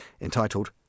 entitled